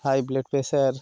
high blood pressure